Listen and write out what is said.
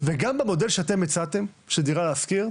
וגם במודל שאתם, של דירה להשכיר,